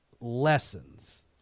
lessons